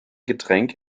getränk